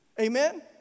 Amen